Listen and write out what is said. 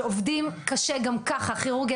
שעובדים קשה גם ככה כירורגיה